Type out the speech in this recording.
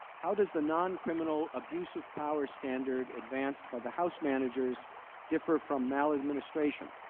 how does the noncriminal abuse of power standard advanced by the house managers differ from maladministration?